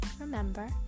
remember